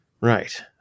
Right